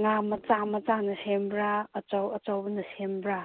ꯉꯥ ꯃꯆꯥ ꯃꯆꯥꯅ ꯁꯦꯝꯕ꯭ꯔꯥ ꯑꯆꯧ ꯑꯆꯧꯕꯅ ꯁꯦꯝꯕ꯭ꯔꯥ